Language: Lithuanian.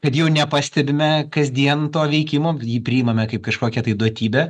kad jau nepastebime kasdien to veikimo jį priimame kaip kažkokia tai duotybę